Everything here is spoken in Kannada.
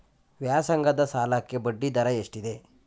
ವ್ಯಾಸಂಗದ ಸಾಲಕ್ಕೆ ಬಡ್ಡಿ ದರ ಎಷ್ಟಿದೆ?